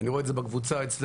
אני רואה את זה בקבוצה אצלנו.